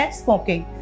smoking